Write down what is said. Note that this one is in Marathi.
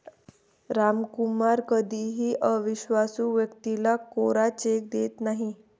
रामकुमार कधीही अविश्वासू व्यक्तीला कोरा चेक देत नाही